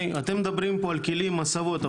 אתם מדברים פה על כלים והסבות,